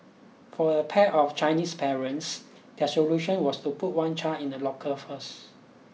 for a pair of Chinese parents their solution was to put one child in a locker first